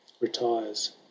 retires